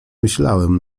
myślałem